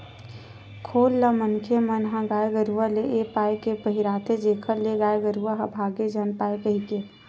खोल ल मनखे मन ह गाय गरुवा ले ए पाय के पहिराथे जेखर ले गाय गरुवा ह भांगे झन पाय कहिके